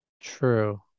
True